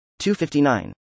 259